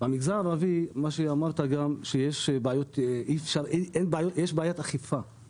במגזר הערבי כמו מה שאתה אמרת יש בעיית אכיפה.